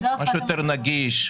משהו יותר נגיש,